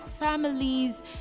families